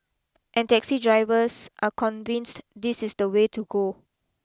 and taxi drivers are convinced this is the way to go